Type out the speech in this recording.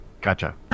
Gotcha